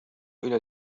إلى